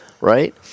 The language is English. right